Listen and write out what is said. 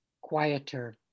quieter